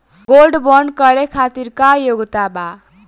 Gold bond करे खातिर का योग्यता बा?